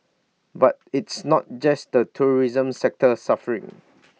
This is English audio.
but it's not just the tourism sector suffering